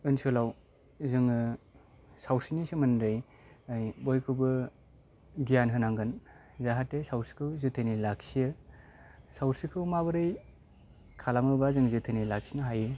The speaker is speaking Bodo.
ओनसोलाव जोङो सावस्रिनि सोमोन्दै बयखौबो गियान होनांगोन जाहाथे सावस्रिखौ जोथोनै लाखियो सावस्रिखौ माबोरै खालामोबा जों जोथोनै लाखिनो हायो